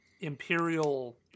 imperial